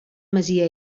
masia